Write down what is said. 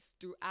throughout